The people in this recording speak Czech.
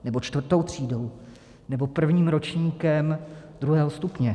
Nebo čtvrtou třídou nebo prvním ročníkem druhého stupně?